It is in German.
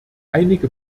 einige